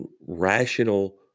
rational